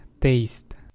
taste